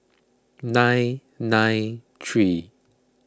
nine nine three